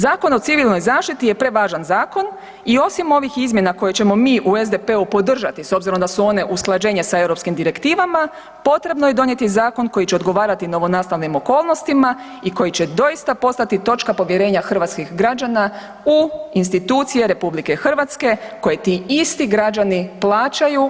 Zakon o Civilnoj zaštiti je prevažan zakon i osim ovih izmjena koje ćemo mi u SDP-u podržati s obzirom da su one usklađenje sa europskim direktivama potrebno je donijeti zakon koji će odgovarati novonastalim okolnostima i koji će doista postati točka povjerenja hrvatskih građana u institucije RH koje ti isti građani plaćaju